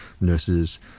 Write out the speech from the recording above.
nurses